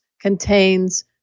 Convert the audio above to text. contains